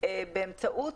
באמצעות